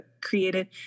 created